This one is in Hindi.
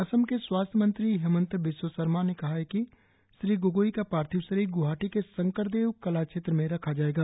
असम के स्वास्थ्य मंत्री हिमंता बिस्वा सरमा ने कहा कि श्री गोगोई का पार्थिव शरीर ग्वाहाटी के संकरदेव कला क्षेत्र में रखा जाएगा